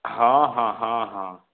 ହଁ ହଁ ହଁ ହଁ